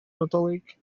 nadolig